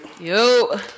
Yo